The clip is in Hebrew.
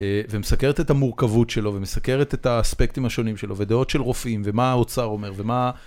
ומסקרת את המורכבות שלו, ומסקרת את האספקטים השונים שלו, ודעות של רופאים, ומה האוצר אומר, ומה...